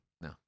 No